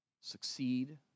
succeed